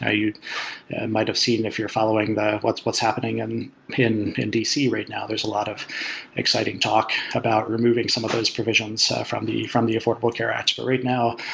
ah you might've seen if you're following what's what's happening and in in dc right now, there's a lot of exciting talk about removing some of those provisions from the from the affordable care act. but right now,